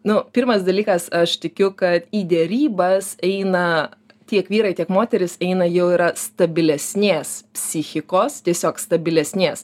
nu pirmas dalykas aš tikiu kad į derybas eina tiek vyrai tiek moterys eina jau yra stabilesnės psichikos tiesiog stabilesnės